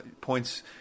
points